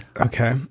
Okay